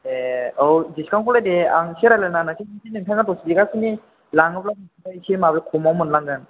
ए औ डिसकाउन्टखौलाय दे आं एसे रायज्लायना होनायसै जुदि नोंथाङा दस बिघासोनि लाङोब्ला आमफ्राय माबा एसे खमआवनो मोनलांगोन